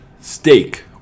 steak